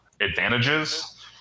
Advantages